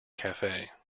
cafe